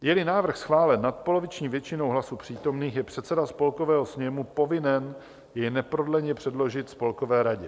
Jeli návrh schválen nadpoloviční většinou hlasů přítomných, je předseda Spolkového sněmu povinen jej neprodleně předložit Spolkové radě.